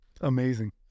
Amazing